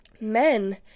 men